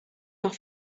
off